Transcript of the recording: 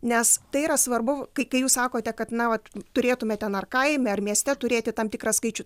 nes tai yra svarbu kai kai jūs sakote kad na vat turėtume ten ar kaime ar mieste turėti tam tikrą skaičių